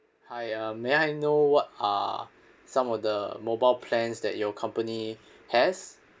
hi uh may I know what are some of the mobile plans that your company has